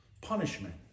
punishment